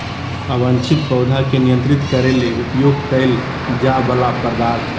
अवांछित पौधा के नियंत्रित करे ले उपयोग कइल जा वला पदार्थ हइ